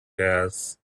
gas